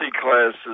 classes